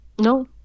No